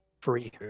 free